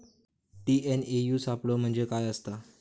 TNAU सापलो म्हणजे काय असतां?